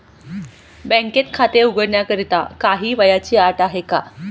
बँकेत खाते उघडण्याकरिता काही वयाची अट आहे का?